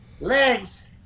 Legs